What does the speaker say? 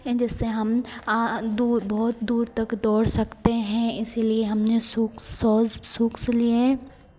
जिससे हम दूर बहुत दूर तक दौड़ सकते हें इसलिए हमने सॉक्स शूज़ सॉक्स लिएं